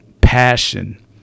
passion